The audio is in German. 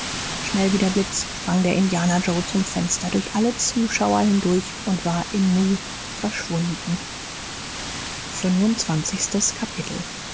schnell wie der blitz sprang der indianer joe zum fenster durch alle zuschauer hindurch und war im nu verschwunden fünfundzwanzigstes kapitel